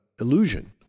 illusion